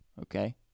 Okay